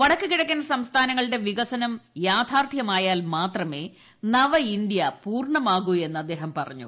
വടക്കു കിഴക്കൻ സംസ്ഥാനങ്ങളുടെ വികസനം യാഥാർത്ഥ്യമായാൽ മാത്രമേ നവ ഇന്തൃ പൂർണ്ണമാകൂ എന്ന് അദ്ദേഹം പറഞ്ഞു